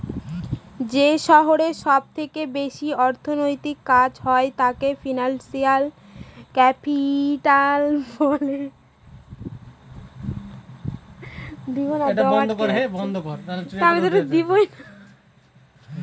যে শহরে সব থেকে বেশি অর্থনৈতিক কাজ হয় তাকে ফিনান্সিয়াল ক্যাপিটাল বলে